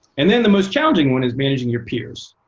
and then the most challenging one is managing your peers.